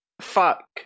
fuck